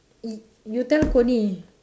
y~ you tell connie